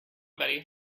betty